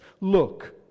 Look